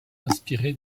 inspiré